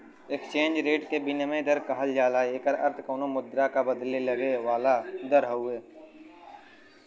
exchange rate के विनिमय दर कहल जाला एकर अर्थ कउनो मुद्रा क बदले में लगे वाला दर हउवे